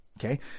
Okay